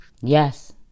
Yes